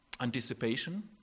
Anticipation